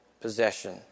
possession